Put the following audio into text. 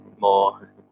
more